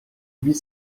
huit